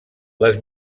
les